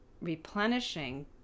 replenishing